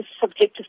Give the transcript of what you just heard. subjective